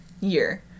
year